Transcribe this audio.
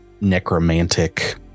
necromantic